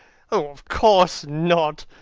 of course not!